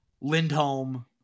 Lindholm